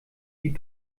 die